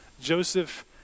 Joseph